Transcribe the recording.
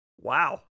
Wow